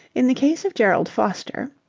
in the case of gerald foster,